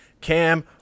Cam